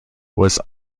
was